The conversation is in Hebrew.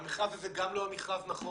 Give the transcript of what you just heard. המכרז הזה גם לא היה מכרז נכון,